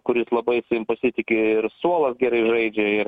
kuris labai savim pasitiki ir suolas gerai žaidžia ir